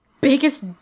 biggest